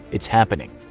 it's happening.